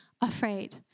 afraid